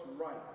right